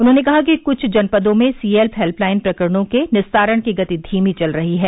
उन्होंने कहा कि कुछ जनपदों में सीएम हेल्पलाइन प्रकरणों के निस्तारण की गति धीमी चल रही है